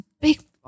big